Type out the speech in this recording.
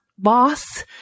boss